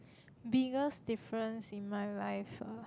biggest difference in my life ah